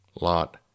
lot